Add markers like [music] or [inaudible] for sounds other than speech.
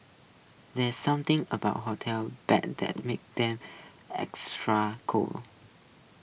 there's something about hotel beds that makes them extra [unintelligible]